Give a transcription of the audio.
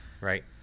right